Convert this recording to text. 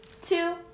two